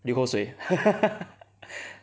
流口水